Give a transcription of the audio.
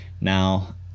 now